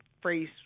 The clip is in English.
phrase